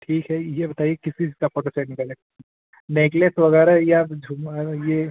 ठीक है ये बताइए किस चीज का फोटो सेट निकालें नेकलेस वगैरह या झूमर वगैरह ये